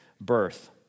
birth